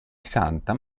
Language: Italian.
santa